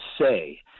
say